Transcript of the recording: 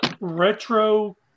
Retro